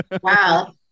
wow